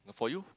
for you